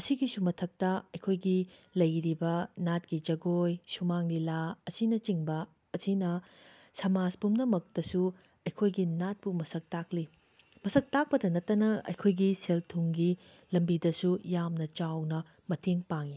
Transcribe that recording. ꯑꯁꯤꯒꯤꯁꯨ ꯃꯊꯛꯇ ꯑꯩꯈꯣꯏꯒꯤ ꯂꯩꯔꯤꯕ ꯅꯥꯠꯀꯤ ꯖꯒꯣꯏ ꯁꯨꯃꯥꯡ ꯂꯤꯂꯥ ꯑꯁꯤꯅ ꯆꯤꯡꯕ ꯑꯁꯤꯅ ꯁꯃꯥꯖ ꯄꯨꯝꯅꯃꯛꯇꯁꯨ ꯑꯩꯈꯣꯏꯒꯤ ꯅꯥꯠꯄꯨ ꯃꯁꯛ ꯇꯥꯛꯂꯤ ꯃꯁꯛ ꯇꯥꯛꯄꯗ ꯅꯠꯇꯅ ꯑꯩꯈꯣꯏꯒꯤ ꯁꯦꯜ ꯊꯨꯝꯒꯤ ꯂꯝꯕꯤꯗꯁꯨ ꯌꯥꯝꯅ ꯆꯥꯎꯅ ꯃꯇꯦꯡ ꯄꯥꯡꯉꯤ